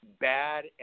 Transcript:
Bad